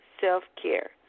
self-care